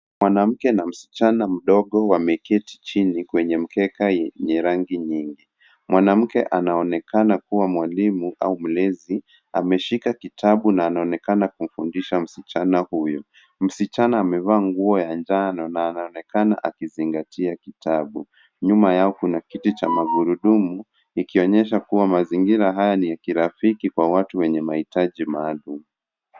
Mwanamke na msichana mdogo wameketi chini kwenye mkeka yenye rangi nyingi. Mwanamke anaonekana kuwa mwalimu au mlezi ameshika kitabu na anaonekana kumfundisha msichana huyu. Msichana amevaa nguo ya njano na anaonekana akizingatia kitabu. Nyuma yao kuna kiti cha magurudumu ikionyesha kuwa mazingira haya ni ya kirafiki kwa watu wenye mahitaji maalum.